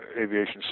Aviation